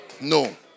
No